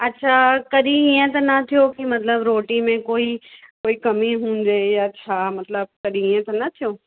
अच्छा कॾहिं ईअं त न थियो कि मतिलबु रोटी में कोई कोई कमी हुजे या छा मतिलबु कॾहिं ईअं त न थियो